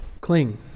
Cling